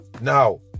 Now